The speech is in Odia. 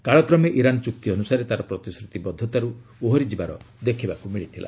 କାଳକ୍ରମେ ଇରାନ୍ ଚୁକ୍ତି ଅନୁସାରେ ତାର ପ୍ରତିଶ୍ରତିବଦ୍ଧତାର୍ ଓହରିଯବାର ଦେଖିବାକୃ ମିଳିଥିଲା